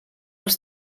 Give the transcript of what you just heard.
els